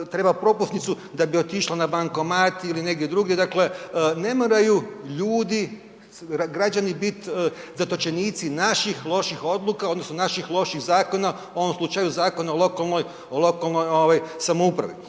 treba propusnicu da bi otišla na bankomat ili negdje drugdje, dakle ne moraju ljudi, građani bit zatočenici naših loših odluka odnosno naših loših zakona, u ovom slučaju Zakona o lokalnoj, o